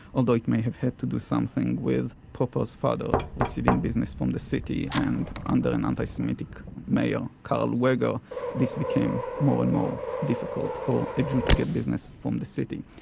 although it may have had to do something with popper's father receiving business from the city and under and an anti-semitic mayor, karl leuger, this became more and more difficult for a jew to get business from the city.